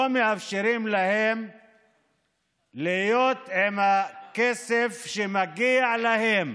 מאפשרים להם להיות עם הכסף שמגיע להם